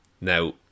Now